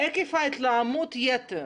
עקב התלהמות יתר